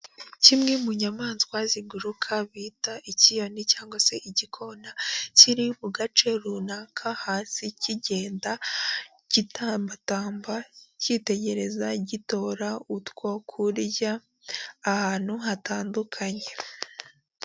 Kimwe mu nyamaswa ziguruka bita ikiyoni cyangwa se igikona kiri mu gace runaka hasi, kigenda, gitambatamba, kitegereza, gitora utwo kurya ahantu hatandukanye.